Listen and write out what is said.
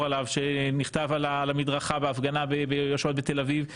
עליו - שנכתב על המדרכה בהפגנה בתל אביב,